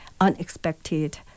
unexpected